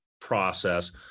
process